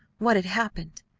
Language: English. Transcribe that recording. what had happened?